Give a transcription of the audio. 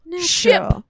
ship